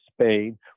Spain